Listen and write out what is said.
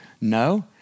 No